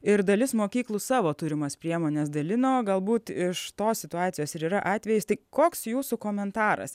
ir dalis mokyklų savo turimas priemones dalino galbūt iš tos situacijos ir yra atvejis tai koks jūsų komentaras